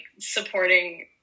supporting